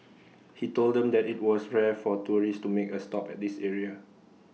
he told them that IT was rare for tourists to make A stop at this area